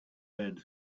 learned